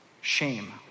Shame